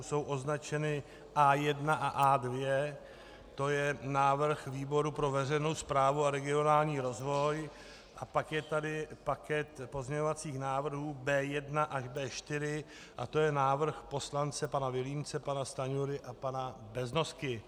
Jsou označeny A1 a A2, to je návrh výboru pro veřejnou správu a regionální rozvoj, a pak je tady paket pozměňovacích návrhů B1 až B4 a to je návrh poslance pana Vilímce, pana Stanjury a pana Beznosky.